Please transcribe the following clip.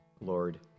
Lord